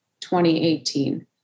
2018